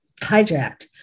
hijacked